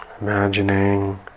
imagining